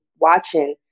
watching